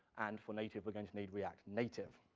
and for native, we're going to need react native.